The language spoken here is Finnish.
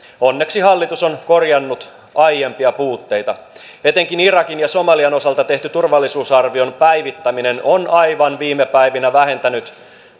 onneksi hallitus on korjannut aiempia puutteita etenkin irakin ja somalian osalta tehty turvallisuusarvion päivittäminen on aivan viime päivinä vähentänyt